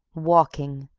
walking,